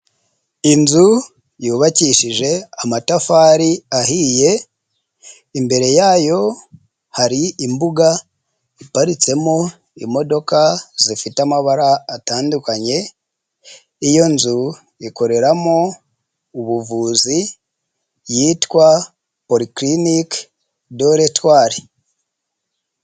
Inzu yubakishije amatafari ahiye, imbere yayo hari imbuga ziparitsemo imodoka zifite amabara atandukanye, iyo nzu ikoreramo ubuvuzi yitwa porikirinike doretwari.